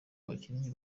abakinnyi